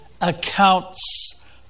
accounts